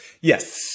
Yes